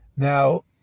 Now